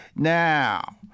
Now